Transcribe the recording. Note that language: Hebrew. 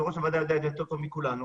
תראו מה קרה רק לפני 48 שעות.